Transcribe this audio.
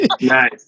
Nice